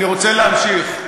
אני רוצה להמשיך.